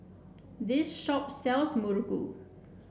this shop sells Muruku